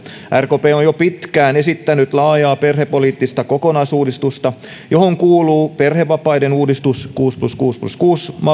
on jo pitkään esittänyt laajaa perhepoliittista kokonaisuudistusta johon kuuluvat perhevapaiden uudistus kuusi plus kuusi plus kuusi mallin